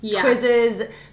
quizzes